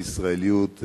הישראליות,